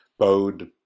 bowed